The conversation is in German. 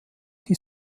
die